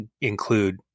include